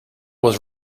was